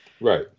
Right